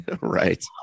Right